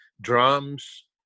drums